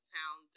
town